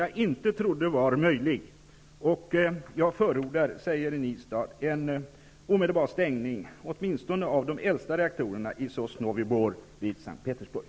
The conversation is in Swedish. Så fortsätter Jan H. Nistad: ''Jag förordar en omedelbar stängning av åtminstone de äldsta reaktorerna i Sosnovy Bor vid S:t Petersburg.''